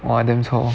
!wah! damn